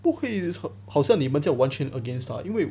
不可以好像你们完全 against 他因为